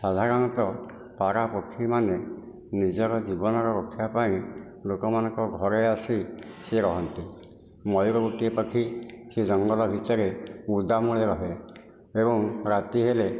ସାଧାରଣତଃ ପାରା ପକ୍ଷୀ ମାନେ ନିଜର ଜୀବନ ରକ୍ଷା ପାଇଁ ଲୋକ ମାନଙ୍କ ଘରେ ଆସି କିଛି ରହନ୍ତି ମୟୂର ଗୋଟିଏ ପକ୍ଷୀ ଯିଏ ଜଙ୍ଗଲ ଭିତରେ ବୁଦା ମୂଳରେ ରହେ ଏବଂ ରାତି ହେଲେ